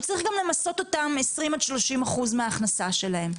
הוא צריך גם למסות אותם ב-20% עד 30% מההכנסה שלהם,